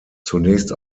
zunächst